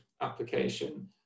application